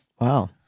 Wow